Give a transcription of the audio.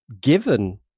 given